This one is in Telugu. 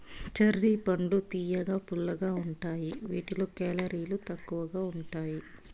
చెర్రీ పండ్లు తియ్యగా, పుల్లగా ఉంటాయి వీటిలో కేలరీలు తక్కువగా ఉంటాయి